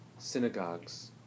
synagogues